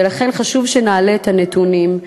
ולכן חשוב שנעלה את הנתונים,